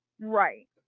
Right